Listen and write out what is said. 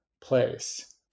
place